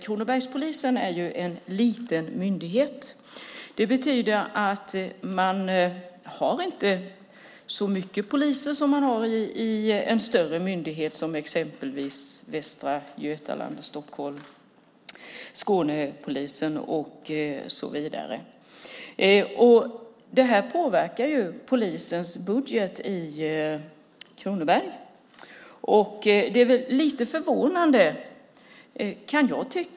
Kronobergspolisen är en liten myndighet. Det betyder att man inte har så många poliser som man har i en större myndighet, exempelvis i Västra Götaland, Stockholm, Skåne och så vidare. Detta påverkar polisens budget i Kronoberg.